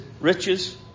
riches